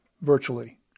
virtually